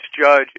judge